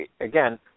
again